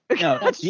No